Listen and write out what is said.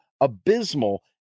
abysmal